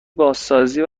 بازسازی